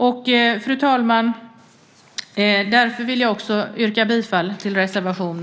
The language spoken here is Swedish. Fru talman! Därför yrkar jag bifall till reservationen.